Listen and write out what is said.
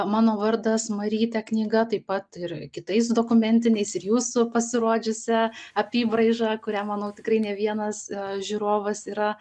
mano vardas marytė knyga taip pat ir kitais dokumentiniais ir jūsų pasirodžiusia apybraižą kurią manau tikrai ne vienas žiūrovas yra